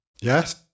Yes